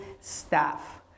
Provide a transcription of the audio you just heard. staff